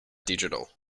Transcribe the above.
digital